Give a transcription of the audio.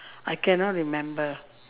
I cannot remember